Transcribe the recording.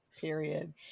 Period